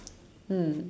mm